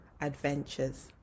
adventures